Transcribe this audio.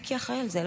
מיקי אחראי על זה,